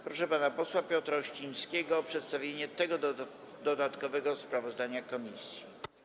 Proszę pana posła Piotra Uścińskiego o przedstawienie dodatkowego sprawozdania komisji.